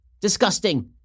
Disgusting